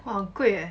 !wah! 很贵 eh